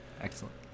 Excellent